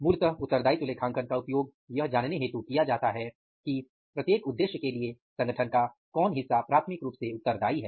मूलतः उत्तरदायित्व लेखांकन का उपयोग यह जानने हेतु किया जाता है कि प्रत्येक उद्देश्य के लिए संगठन का कौन हिस्सा प्राथमिक रूप से उत्तरदायी है